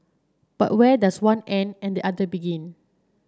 but where does one end and the other begin